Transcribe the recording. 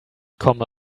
komme